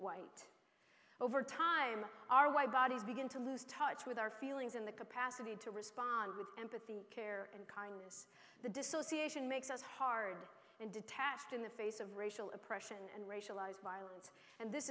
white over time our widebodies begin to lose touch with our feelings in the capacity to respond with empathy care and kindness the dissociation makes us hard and detached in the face of racial oppression and racialized violence and this